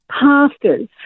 pastors